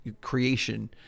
creation